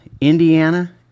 Indiana